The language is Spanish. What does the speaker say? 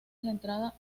centrada